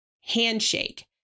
handshake